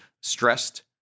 stressed